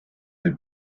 jäi